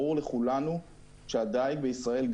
ברור לכולנו שהדייג בישראל,